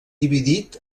dividit